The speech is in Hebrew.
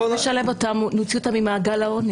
איך נשלב אותם ונוציא אותם ממעגל העוני?